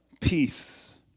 Peace